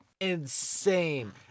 insane